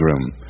room